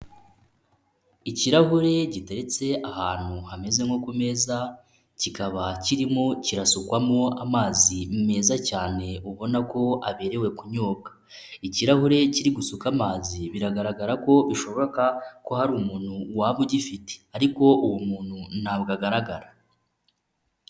Ikirahure giteretse ahantu hameze nko ku meza, kikaba kirimo kirasukwamo amazi meza cyane, ubona ko aberewe kunyobwa, ikirahure kiri gusuka amazi biragaragara ko bishoboka ko hari umuntu waba ugifite, ariko uwo muntu ntabwo agaragara.